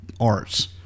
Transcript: Arts